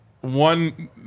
one